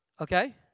okay